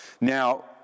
Now